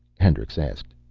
hendricks asked.